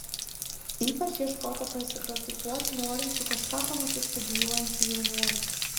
ypač ieškota pasipraktikuoti norinčių kažką panašaus studijuojančių jaunuolių